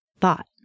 thought